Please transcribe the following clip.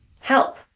help